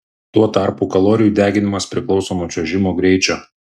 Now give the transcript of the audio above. tuo tarpu kalorijų deginimas priklauso nuo čiuožimo greičio